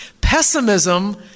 Pessimism